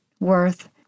Worth